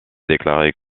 déclarée